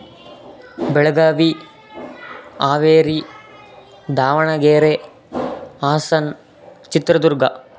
Belagavi Haveri Davanagere Hassan Chitradurga